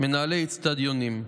ומנהלי אצטדיונים,